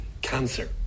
cancer